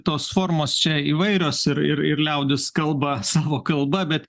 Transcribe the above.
tos formos čia įvairios ir ir ir liaudis kalba savo kalba bet